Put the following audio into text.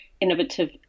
innovative